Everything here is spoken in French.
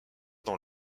dans